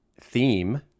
theme